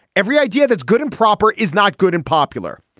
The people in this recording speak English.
every idea that's good and proper is not good and popular.